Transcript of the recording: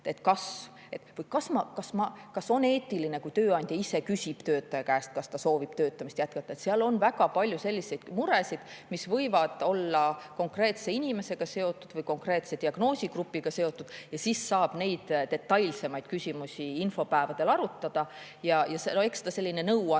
on eetiline, kui tööandja ise küsib töötaja käest, kas ta soovib töötamist jätkata. On väga palju selliseid muresid, mis võivad olla konkreetse inimesega seotud või konkreetse diagnoosigrupiga seotud, ja siis saab neid detailsemaid küsimusi infopäevadel arutada. Eks ta ole selline nõuandmise